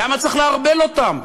למה צריך לערבל אותם?